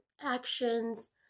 actions